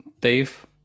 Dave